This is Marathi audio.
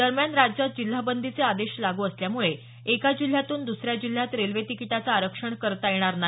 दरम्यान राज्यात जिल्हा बंदीचे आदेश लागू असल्यामुळे एका जिल्ह्यातून दुसऱ्या जिल्ह्यात रेल्वे तिकीटाचे आरक्षण करता येणार नाही